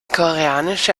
koreanische